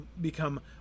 become